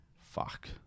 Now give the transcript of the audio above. Fuck